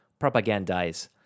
propagandize